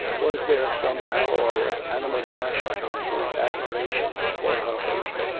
was there some alloy of animal passion in his admiration for her beauty?